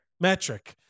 Metric